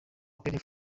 apr